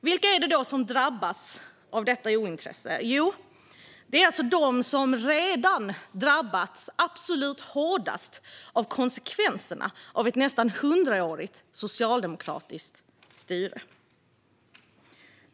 Vilka är det då som drabbas av detta ointresse? Jo, det är de som redan drabbats absolut hårdast av konsekvenserna av ett nästan hundraårigt socialdemokratiskt styre.